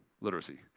literacy